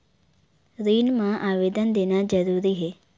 ऋण मा आवेदन देना जरूरी हे?